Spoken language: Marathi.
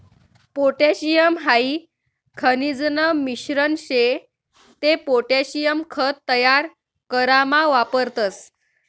पोटॅशियम हाई खनिजन मिश्रण शे ते पोटॅशियम खत तयार करामा वापरतस